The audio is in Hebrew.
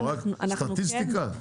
רק סטטיסטיקה?